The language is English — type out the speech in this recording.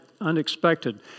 unexpected